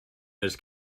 this